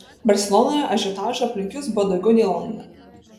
barselonoje ažiotažo aplink jus buvo daugiau nei londone